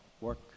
work